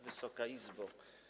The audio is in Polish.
Wysoka Izbo!